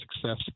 success